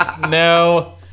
no